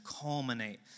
culminate